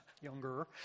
younger